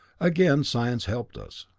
again science helped us.